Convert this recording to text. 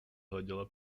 hleděla